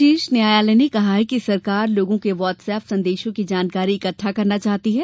शीर्ष न्यायालय ने कहा कि सरकार लोगों के वॉट्सएप संदेशों की जानकारी इकट्ठा करना चाहती है